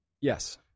yes